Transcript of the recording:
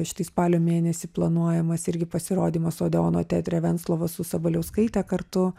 štai spalio mėnesį planuojamas irgi pasirodymas odeono teatre venclovo su sabaliauskaite kartu